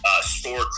store